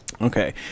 Okay